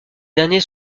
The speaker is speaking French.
derniers